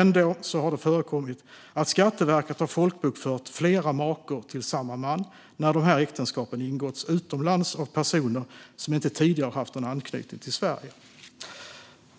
Ändå har det förekommit att Skatteverket har folkbokfört flera makor till samma man när äktenskapen har ingåtts utomlands och det är fråga om personer som tidigare inte har haft någon anknytning till Sverige.